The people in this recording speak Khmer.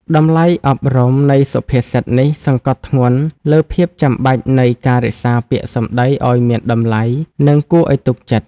តម្លៃអប់រំនៃសុភាសិតនេះសង្កត់ធ្ងន់លើភាពចាំបាច់នៃការរក្សាពាក្យសម្ដីឱ្យមានតម្លៃ និងគួរឱ្យទុកចិត្ត។